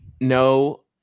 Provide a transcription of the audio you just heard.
no